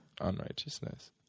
Unrighteousness